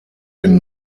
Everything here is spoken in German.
den